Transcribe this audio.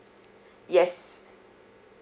yes